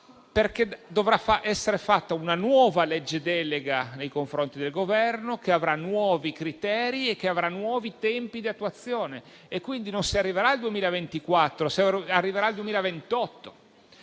perché dovrà essere fatta una nuova legge delega nei confronti del Governo che avrà nuovi criteri e nuovi tempi di attuazione. Quindi, non si arriverà al 2024, ma al 2028;